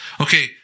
okay